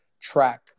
track